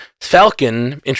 Falcon